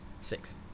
Six